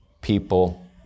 people